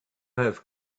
have